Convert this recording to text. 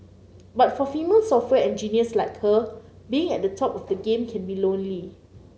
but for female software engineers like her being at the top of the game can be lonely